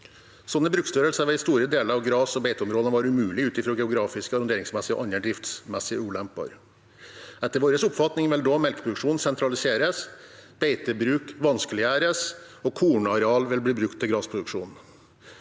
Sånne bruksstørrelser vil i store deler av gress- og beiteområ der være umulig ut fra geografiske, arronderingsmessige og andre driftsmessige ulemper. Etter vår oppfatning vil da melkeproduksjonen sentraliseres, beitebruk vanskeliggjøres, og kornareal vil bli brukt til gressproduksjon.